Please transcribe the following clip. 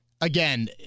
Again